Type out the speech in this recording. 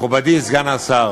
מכובדי סגן השר,